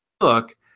Look